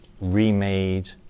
remade